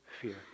fear